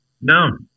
No